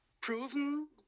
proven